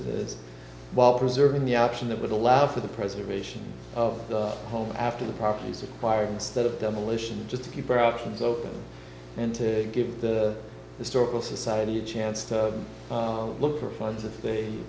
is while preserving the option that would allow for the preservation of the home after the property is acquired instead of demolition just to keep your options open and to give the historical society a chance to look for funds if they